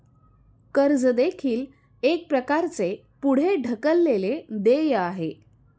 कर्ज देखील एक प्रकारचे पुढे ढकललेले देय आहे